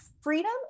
freedom